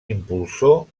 impulsor